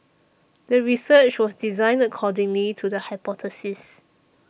the research was designed according to the hypothesis